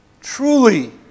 Truly